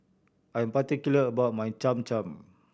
I'm particular about my Cham Cham